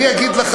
שטויות.